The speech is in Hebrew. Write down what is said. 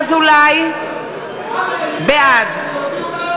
אזולאי, בעד להוציא אותנו?